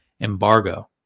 embargo